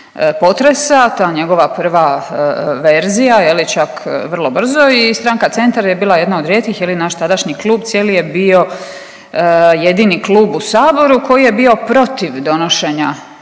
potresa, ta njegova prva verzija, čak vrlo brzo i stranka Centar je bila jedna od rijetkih, je li, naš tadašnji klub cijeli je bio jedini klub u Saboru koji je bio protiv donošenja